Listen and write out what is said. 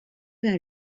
vers